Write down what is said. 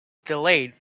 delayed